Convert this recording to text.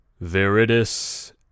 Veritas